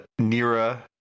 Nira